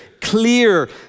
clear